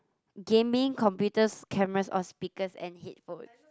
gaming computers cameras or speakers and headphone